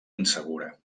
insegura